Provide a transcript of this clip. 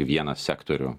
vieną sektorių